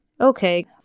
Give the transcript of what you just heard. okay